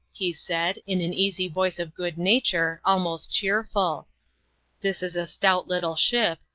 he said, in an easy voice of good-nature, almost cheerful this is a stout little ship,